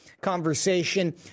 conversation